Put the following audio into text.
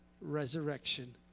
resurrection